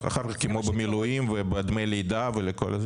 כמו במילואים, בדמי לידה וכו'?